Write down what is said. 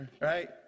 right